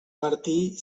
martí